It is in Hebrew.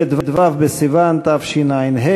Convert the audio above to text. ט"ו בסיוון התשע"ה,